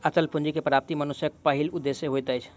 अचल पूंजी के प्राप्ति मनुष्यक पहिल उदेश्य होइत अछि